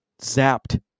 zapped